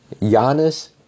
Giannis